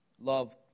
love